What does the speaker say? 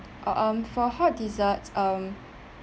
uh um for hot desserts um